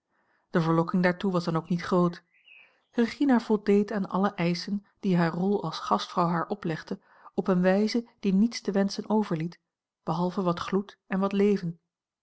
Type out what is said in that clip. de verlokking daartoe was dan ook niet groot regina voldeed aan alle eischen die hare rol als gastvrouw haar oplegde op eene wijze die niets te wenschen overliet behalve wat gloed en wat leven